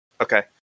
Okay